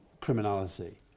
criminality